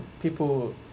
people